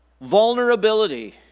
vulnerability